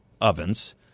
ovens